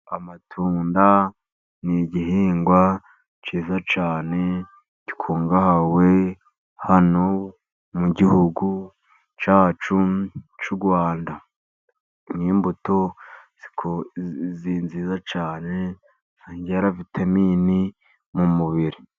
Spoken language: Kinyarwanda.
Amatunda ni igihingwa cyiza cyane, gikungahaye hano mu gihugu cyacu cy'u Rwanda n'imbuto nziza cyane, zongera vitamini mu mubiri.